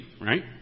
right